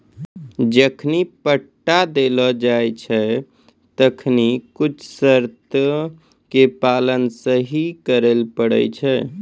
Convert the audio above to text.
जखनि पट्टा देलो जाय छै तखनि कुछु शर्तो के पालन सेहो करै पड़ै छै